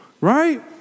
right